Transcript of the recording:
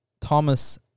Thomas